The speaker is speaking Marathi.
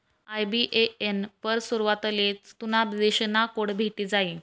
आय.बी.ए.एन वर सुरवातलेच तुना देश ना कोड भेटी जायी